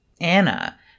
Anna